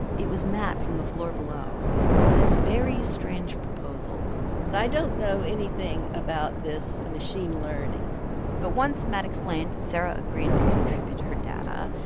it was matt from the floor below with this very strange proposal but i don't know anything about this machine learning but once matt explained, sara agreed to contribute her data.